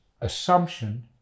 assumption